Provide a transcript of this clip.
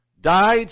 died